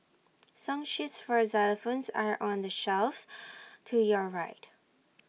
song sheets for xylophones are on the shelves to your right